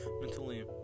mentally